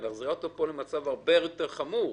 את מחזירה אותו פה למצב הרבה יותר חמור.